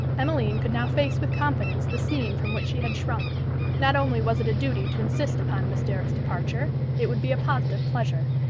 emmeline could now face with confidence the scene from which she had shrunk not only was it a duty to insist upon miss derrick's departure, it would be a positive pleasure.